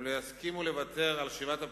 הם לא יסכימו לוותר על שיבת הפליטים,